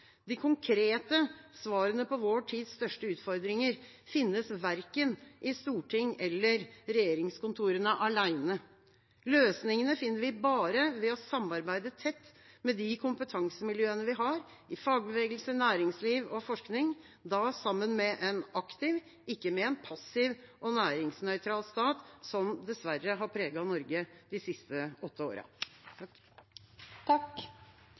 De konkrete svarene på vår tids største utfordringer finnes verken i Stortinget eller regjeringskontorene alene. Løsningene finner vi bare ved å samarbeide tett med de kompetansemiljøene vi har i fagbevegelse, næringsliv og forskning, sammen med en aktiv stat – og ikke med en passiv og næringsnøytral stat, som dessverre har preget Norge de siste åtte